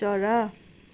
चरा